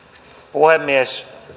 puhemies